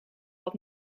wat